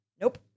Nope